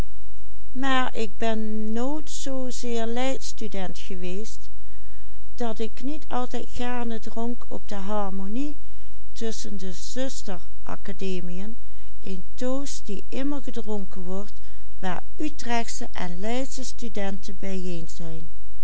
ik niet altijd gaarne dronk op de harmonie tusschen de zusteracademiën een toost die immer gedronken wordt waar utrechtsche en leidsche studenten bijeen zijn